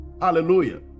hallelujah